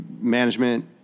management